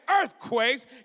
earthquakes